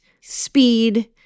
speed